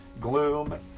gloom